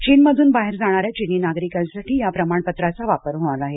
चीनमधून बाहेर जाणाऱ्या चिनी नागरिकांसाठी या प्रमाणपत्राचा वापर होणार आहे